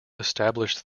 established